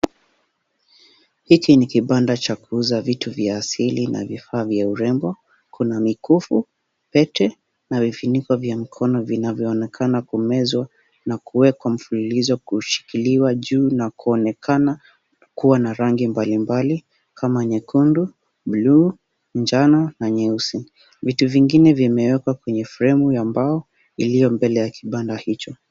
Hiki ni kibanda cha kuuza vitu vya asili na vifaa vya urembo . Kuna mikufu , pete na vifaa vya ufuniko vinanyo onekana kumezwa na kuwekwa mfululizo kushikilia juu na kuonekana kuwa na rangi mbali mbali kama nyekundu , bluu , njano na nyeusi . Vitu vingine vimeekwa kwenye fremu ya mbao iliyo mbele ya kibanda hicho.